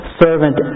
servant